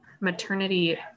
maternity